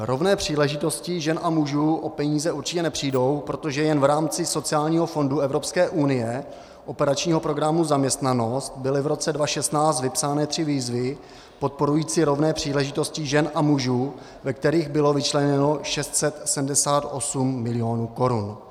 Rovné příležitosti žen a mužů o peníze určitě nepřijdou, protože jen v rámci sociální fondu Evropské unie, operačního programu Zaměstnanost, byly v roce 2016 vypsány tři výzvy podporující rovné příležitosti žen a mužů, ve kterých bylo vyčleněno 678 milionů korun.